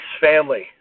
family